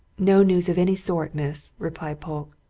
no news of any sort, miss, replied polke.